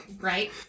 right